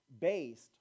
based